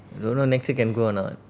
don't know next ya can go or not